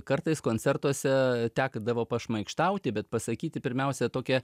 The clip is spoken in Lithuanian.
kartais koncertuose tekdavo pašmaikštauti bet pasakyti pirmiausia tokią